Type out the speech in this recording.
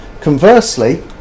Conversely